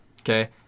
Okay